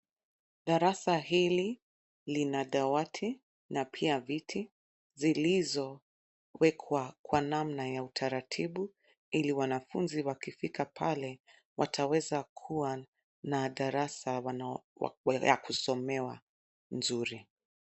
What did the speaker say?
Darasa hili lina dawati na pia viti zilizowekwa kwa namna ya utaratibu ili wanafunzi wakifika pale wataweza kuwa na darasa ya kusomewa nzuri.